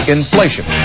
Inflation